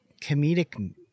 comedic